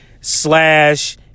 slash